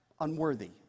unworthy